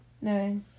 No